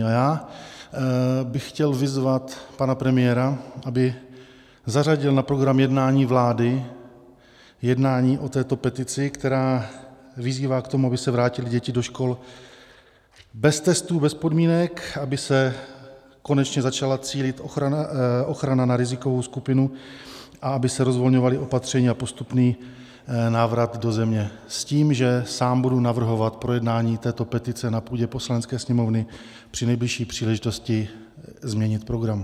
A já bych chtěl vyzvat pana premiéra, aby zařadil na program jednání vlády jednání o této petici, která vyzývá k tomu, aby se vrátily děti do škol bez testů, bez podmínek, aby se konečně začala cílit ochrana na rizikovou skupinu, aby se rozvolňovala opatření a postupný návrat do země, s tím, že sám budu navrhovat projednání této petice na půdě Poslanecké sněmovny při nejbližší příležitosti změnit program.